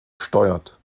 steuert